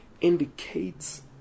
indicates